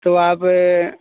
तो आप